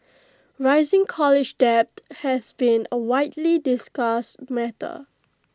rising college debt has been A widely discussed matter